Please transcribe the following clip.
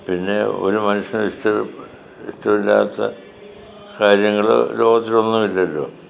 പിന്നെ ഒരു മനുഷ്യന് ഇഷ്ട ഇഷ്ടമില്ലാത്ത കാര്യങ്ങള് ലോകത്തിലൊന്നും ഇല്ലല്ലൊ